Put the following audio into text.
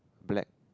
black